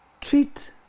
treat